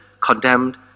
condemned